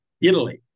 Italy